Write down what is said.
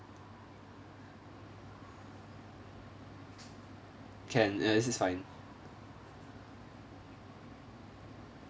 can uh this is fine